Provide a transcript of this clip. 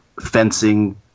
fencing